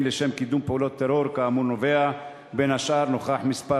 לשם קידום פעולות טרור כאמור נובעת בין השאר ממספר